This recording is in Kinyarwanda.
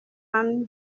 money